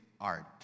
art